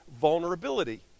vulnerability